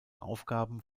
aufgaben